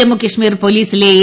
ജമ്മുകശ്മീർ പോലീസിലെ എ